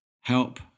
help